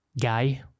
guy